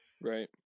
right